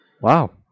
Wow